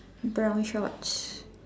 brown shorts